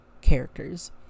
characters